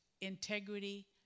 Integrity